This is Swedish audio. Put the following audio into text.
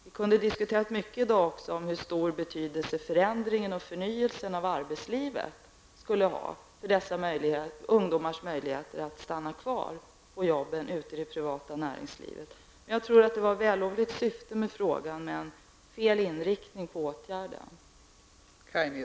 Vi kunde i dag även ha diskuterat mycket om hur stor betydelse förändringen och förnyelsen av arbetslivet skulle ha för dessa ungdomars möjligheter att stanna kvar på jobben ute i det privata näringslivet. Jag tror att frågan hade ett vällovligt syfte, men inriktningen på åtgärden var fel.